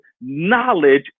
knowledge